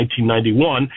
1991